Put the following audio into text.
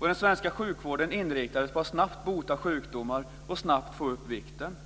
Den svenska sjukvården inriktades på att snabbt bota sjukdomar och snabbt få upp vikten.